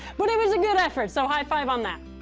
but it was a good effort, so high five on that.